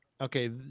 okay